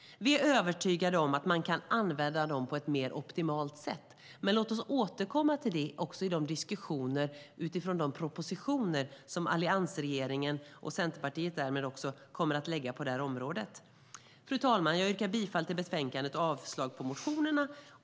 Vi är övertygade om att man kan använda dem på ett mer optimalt sätt, men låt oss återkomma till det också i diskussionerna utifrån de propositioner alliansregeringen och därmed också Centerpartiet kommer att lägga fram på området. Jag yrkar bifall till förslaget i betänkandet och avslag på motionerna.